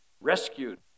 rescued